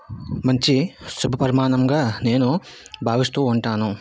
మంచి శుభ పరిమానంగా నేను భావిస్తూ ఉంటాను